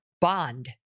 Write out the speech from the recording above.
bond